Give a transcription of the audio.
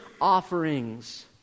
offerings